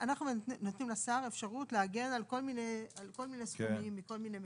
אנחנו נותנים לשר אפשרות להגן על כל מיני סוגים מכל מיני מקורות.